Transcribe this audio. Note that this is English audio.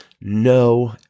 no